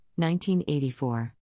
1984